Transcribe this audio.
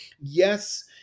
Yes